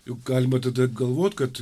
juk galima tada galvoti kad